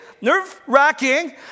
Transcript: nerve-wracking